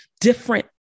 different